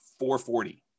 440